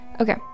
Okay